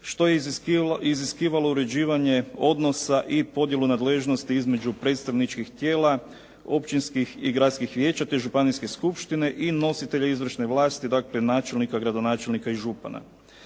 što je iziskivalo uređivanje odnosa i podjelu nadležnosti između predstavničkih tijela, općinskih i gradskih vijeća te županijske skupštine i nositelja izvršne vlasti, dakle načelnika, gradonačelnika i župana.